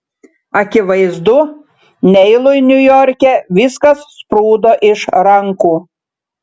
akivaizdu neilui niujorke viskas sprūdo iš rankų